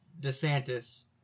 desantis